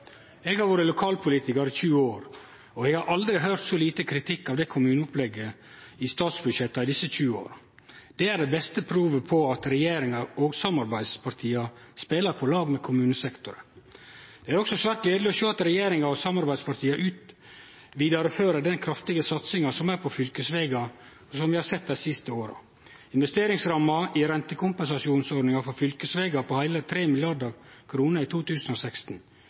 Eg har vore lokalpolitikar i 20 år, og eg har aldri høyrt så liten kritikk av kommuneopplegget i statsbudsjetta i desse 20 åra som no. Det er det beste provet på at regjeringa og samarbeidspartia spelar på lag med kommunesektoren. Det er også svært gledeleg å sjå at regjeringa og samarbeidspartia vidarefører den kraftige satsinga på fylkesvegar som vi har sett dei siste åra. Investeringsramma i rentekompensasjonsordninga for fylkesvegar er på heile 3 mrd. kr i 2016.